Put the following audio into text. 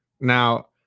Now